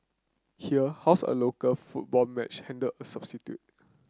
here how's a local football match handled a substitute